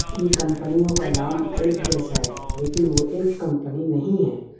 ان کمپنیوں کا نام ایک جیسا ہے لیکن وہ ایک کمپنی نہیں ہیں